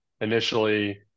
initially